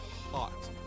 hot